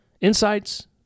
insights